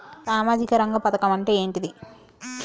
సామాజిక రంగ పథకం అంటే ఏంటిది?